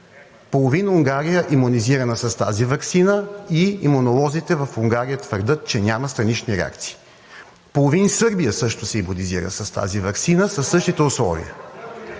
Половин Унгария е имунизирана с тази ваксина и имунолозите в Унгария твърдят, че няма странични реакции. Половин Сърбия също се имунизира с тази ваксина със същите условия.